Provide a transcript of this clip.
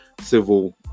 civil